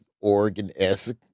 Oregon-esque